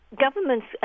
governments